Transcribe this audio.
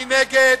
מי נגד?